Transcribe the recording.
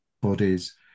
bodies